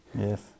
Yes